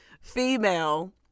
female